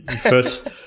first